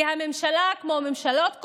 כי הממשלה, כמו ממשלות קודמות,